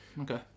Okay